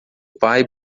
pai